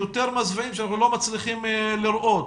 יותר מזוויעים שאנחנו לא מצליחים לראות,